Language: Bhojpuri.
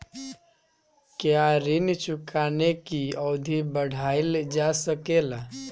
क्या ऋण चुकाने की अवधि बढ़ाईल जा सकेला?